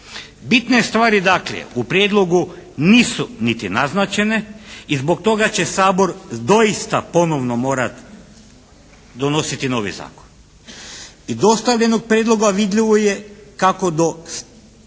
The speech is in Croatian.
Bitne stvari dakle u prijedlogu nisu niti naznačene i zbog toga će Sabor doista ponovno morati donositi novi zakon. Iz dostavljenog prijedloga vidljivo je kako do,